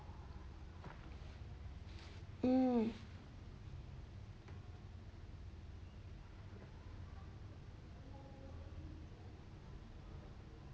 hmm